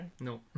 no